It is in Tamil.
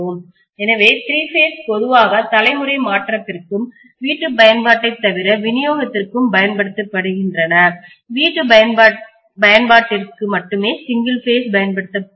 எனவே திரி பேஸ் பொதுவாக தலைமுறை பரிமாற்றத்திற்கும் வீட்டு பயன்பாட்டைத் தவிர விநியோகத்திற்கும் பயன்படுத்தப்படுகின்றன வீட்டு பயன்பாட்டிற்கு மட்டுமே சிங்கிள் பேஸ் பயன்படுத்தப் போகிறோம்